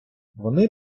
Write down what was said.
вони